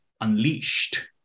unleashed